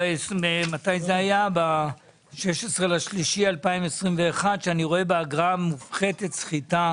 אמרתי ב-16.3.2021 שאני רואה באגרה המופחתת סחיטה